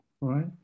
right